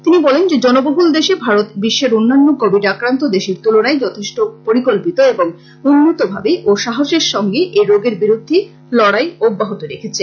তিনি বলেন যে জনবহুল দেশ ভারত বিশ্বের অন্যান্য কোবিড আক্রান্ত দেশের তুলনায় যথেষ্ট পরিকল্পিত এবং উন্নতভাবে ও সাহসের সঙ্গে এই রোগের বিরুদ্ধে লড়াই অব্যাহত রেখেছে